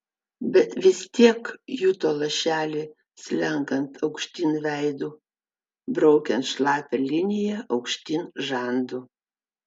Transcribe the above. bet vis tiek juto lašelį slenkant aukštyn veidu braukiant šlapią liniją aukštyn žandu